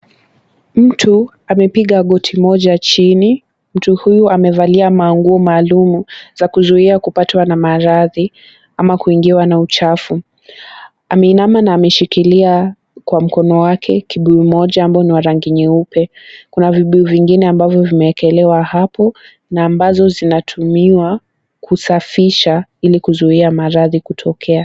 Mtu amepiga goti moja chini, mtu huyu amevalia manguo maalumu za kuzuia kupatwa na maradhi ama kuingiwa na uchafu, ameinama na ameshikilia kwa mkono wake kibuyu moja ambao ni wa rangi nyeupe kuna vibuyu vingine ambavyo vimeekelewa hapo na ambazo zinatumiwa kusafisha ili kuzuia maradhi kutokea.